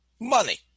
money